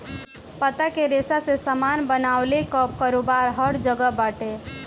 पत्ता के रेशा से सामान बनवले कअ कारोबार हर जगह बाटे